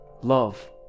love